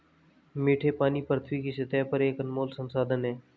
मीठे पानी पृथ्वी की सतह पर एक अनमोल संसाधन है